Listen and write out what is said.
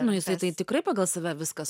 nu jisai tai tikrai pagal save viskas